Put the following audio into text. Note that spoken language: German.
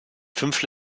fünf